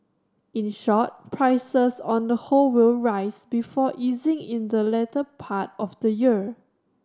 in short prices on the whole will rise before easing in the latter part of the year